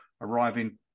arriving